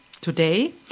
Today